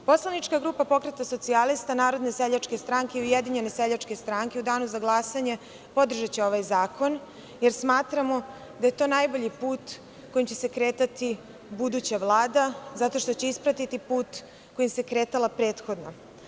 Poslanička grupa Pokreta socijalista, Narodne seljačke stranke i Ujedinjene seljačke stranke u danu za glasanje podržaće ovaj zakon, jer smatramo da je to najbolji put kojim će se kretati buduća Vlada, zato što će ispratiti put kojim se kretala prethodna.